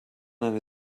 eine